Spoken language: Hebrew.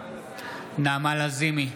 נעמה לזימי,